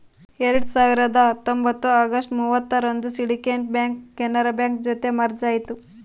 ಎರಡ್ ಸಾವಿರದ ಹತ್ತೊಂಬತ್ತು ಅಗಸ್ಟ್ ಮೂವತ್ತರಂದು ಸಿಂಡಿಕೇಟ್ ಬ್ಯಾಂಕ್ ಕೆನರಾ ಬ್ಯಾಂಕ್ ಜೊತೆ ಮರ್ಜ್ ಆಯ್ತು